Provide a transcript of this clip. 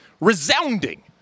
resounding